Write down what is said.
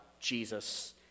Jesus